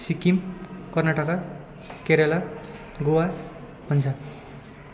Sikkim Karnataka Kerala Goa Punjab